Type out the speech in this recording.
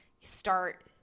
start